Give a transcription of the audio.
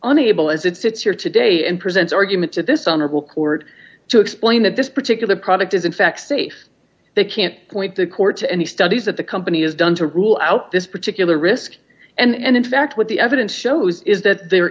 unable as it sits here today and present argument to this honorable court to explain that this particular product is in fact safe they can't point the court to any studies that the company has done to rule out this particular risk and in fact what the evidence shows is that the